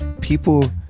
people